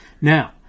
Now